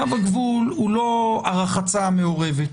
קו הגבול הוא לא הרחצה המעורבת,